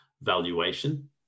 valuation